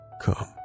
come